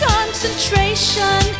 Concentration